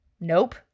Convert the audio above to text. Nope